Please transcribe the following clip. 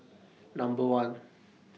Number one